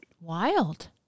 wild